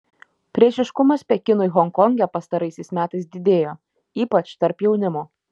priešiškumas pekinui honkonge pastaraisiais metais didėjo ypač tarp jaunimo